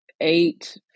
eight